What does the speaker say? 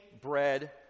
bread